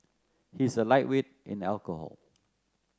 he is a lightweight in alcohol